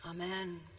Amen